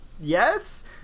Yes